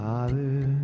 Father